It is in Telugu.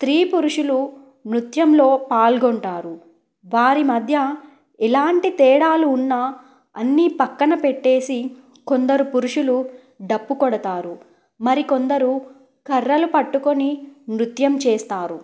స్త్రీ పురుషులు నృత్యంలో పాల్గొంటారు వారి మధ్య ఎలాంటి తేడాలు ఉన్నా అన్నీ పక్కన పెట్టేసి కొందరు పురుషులు డప్పు కొడతారు మరి కొందరు కర్రలు పట్టుకుని నృత్యం చేస్తారు